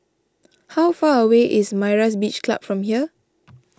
how far away is Myra's Beach Club from here